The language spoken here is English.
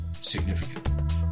significant